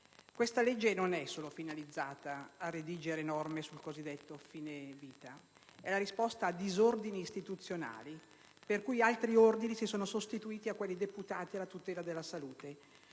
Questa legge non è solo finalizzata a redigere norme sul cosiddetto fine vita; è la risposta a "disordini" istituzionali, per cui altri ordini si sono sostituiti e quelli deputati alla tutela della salute.